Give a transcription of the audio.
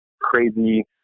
crazy